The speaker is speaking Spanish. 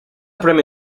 premio